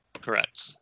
Correct